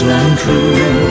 untrue